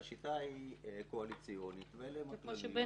והשיטה היא קואליציונית ואלה הם הכללים.